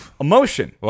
emotion